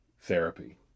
Therapy